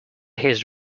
his